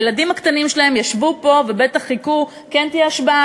הילדים הקטנים שלהם ישבו פה ובטח חיכו כן תהיה השבעה,